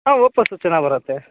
ಹಾಂ ಓಪೋಸು ಚೆನ್ನಾಗಿ ಬರುತ್ತೆ